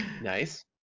nice